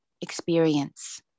experience